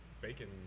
Bacon